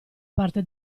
parte